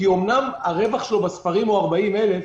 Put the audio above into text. אומנם הרווח שלו בספרים הוא 40,000,